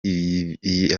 ivi